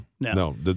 No